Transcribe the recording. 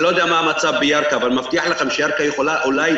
אני לא יודע מה המצב בירכא אבל אני מבטיח לכם שירכא יכולה אולי